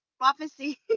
prophecy